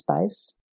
space